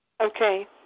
Okay